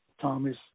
Thomas